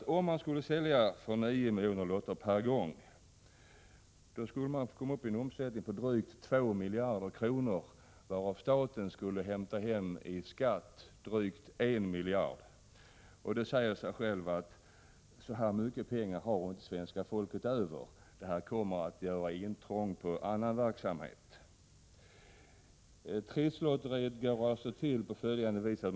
Om man skulle sälja för 9 miljoner lotter per gång skulle man komma uppi en omsättning på drygt 2 miljarder kronor, varav staten skulle hämta hem drygt 1 miljard i skatt. Så mycket pengar har inte svenska folket över — det säger sig självt. Det kommer att göra intrång på annan verksamhet. Trisslotteriet går till på följande vis.